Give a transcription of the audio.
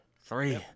Three